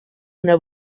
una